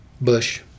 Bush